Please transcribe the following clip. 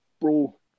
Bro